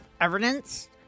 evidence